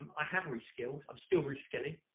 i have reskilled. i'm still reskilling,